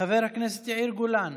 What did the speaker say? חבר הכנסת יאיר גולן,